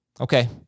Okay